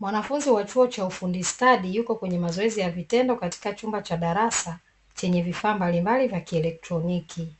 Mwanafunzi wa chuo cha ufundi stadi yuko kwenye mazoezi kwa vitendo katika chumba cha darasa chenye vifaa mbalimbali vya kielektroniki,